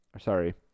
Sorry